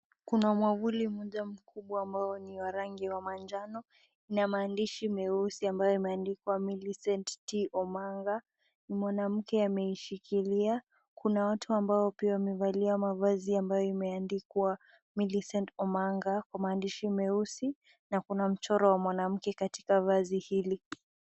Kuna mwavuli mmoja mkubwa wa rangi ya manjano na maandishi meusi yameandikwa Milicent T Omanga, ni mwanamke amaishikilia. Kuna watu ambao wamevalia mavazi amabayo yameandikwa Millicent Omanga kwa michoro mieusi na kuna choro wa mwanamke katika vazi hilo.